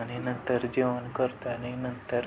आणि नंतर जेवण करतं आणि नंतर